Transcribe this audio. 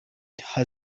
from